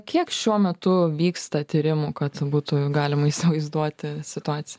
kiek šiuo metu vyksta tyrimų kad būtų galima įsivaizduoti situaciją